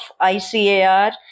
ICAR